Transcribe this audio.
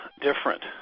different